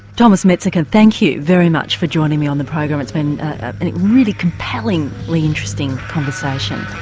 thomas metzinger, and thank you very much for joining me on the program, it's been a really compellingly interesting conversation.